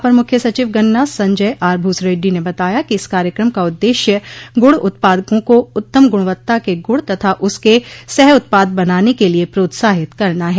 अपर मुख्य सचिव गन्ना संजय आर भूसरेड्डी ने बताया कि इस कार्यक्रम का उद्देश्य गुड़ उत्पादकों को उत्तम गुणवत्ता के गुड़ तथा उसके सह उत्पाद बनाने के लिए प्रोत्साहित करना है